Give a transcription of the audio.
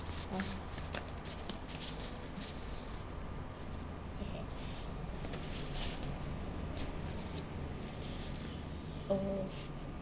oh yes oh